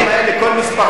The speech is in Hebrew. בדברים האלה כל מספר זוכה.